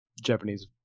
Japanese